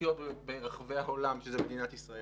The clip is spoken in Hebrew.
לחיות בו ברחבי העולם, שזאת מדינת ישראל.